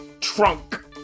trunk